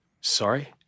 Sorry